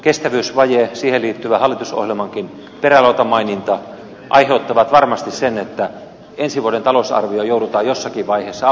kestävyysvaje ja siihen liittyvä hallitusohjelmankin perälautamaininta aiheuttavat varmasti sen että ensi vuoden talousarvio joudutaan jossain vaiheessa avaamaan